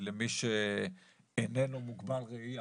למי שאיננו מוגבל ראייה.